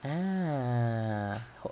ah